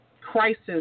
crisis